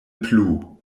plu